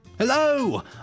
Hello